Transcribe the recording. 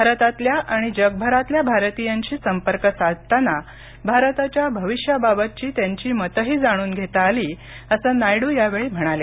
भारतातल्या आणि जगभरातल्या भारतीयांशी संपर्क साधताना भारताच्या भविष्याबाबतची त्यांची मतंही जाणून घेता आली असं नायडू यावेळी म्हणाले